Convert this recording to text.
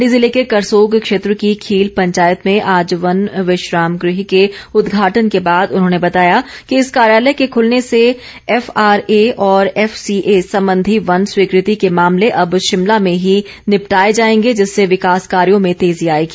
मंडी जिले के करसोग क्षेत्र की खील पंचायत में आज वन विश्राम गृह के उद्घाटन के बाद उन्होंने बताया कि इस कार्यालय के खूलने से एफ आरए और एफ सीए संबंधी वन स्वीकृति के मामले अब शिमला में ही निपटाए जाएंगे जिससे विकाॅस कार्यो में तेजी आएगी